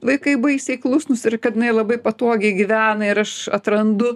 vaikai baisiai klusnūs ir kad jinai labai patogiai gyvena ir aš atrandu